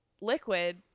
liquid